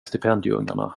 stipendieungarna